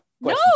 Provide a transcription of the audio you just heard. No